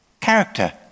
Character